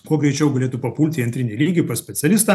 kuo greičiau galėtų papult į antrinį lygį pas specialistą